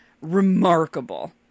remarkable